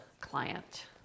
client